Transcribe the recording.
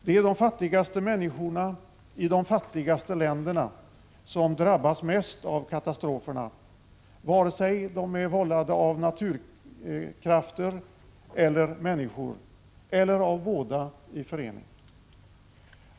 Det är de fattigaste människorna i de fattigaste länderna som drabbas mest av katastroferna, vare sig de är vållade av naturkrafter eller de är vållade av människor eller av båda i förening.